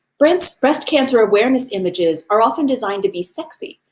breast breast cancer awareness images are often designed to be sexy,